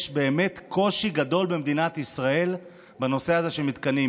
יש באמת קושי גדול במדינת ישראל בנושא של מתקנים.